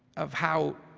of how